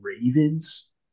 Ravens